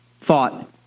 thought